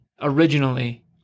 originally